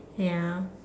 ya